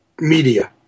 media